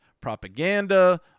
propaganda